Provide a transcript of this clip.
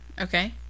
Okay